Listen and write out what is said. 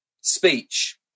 speech